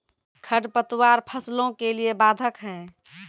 खडपतवार फसलों के लिए बाधक हैं?